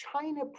China